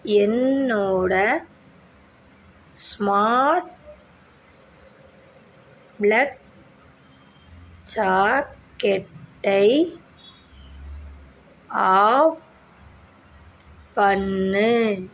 என்னோட smart plug சாக்கெட்டை off பண்ணு